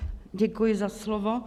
Děkuji za slovo.